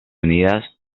unidas